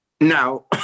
Now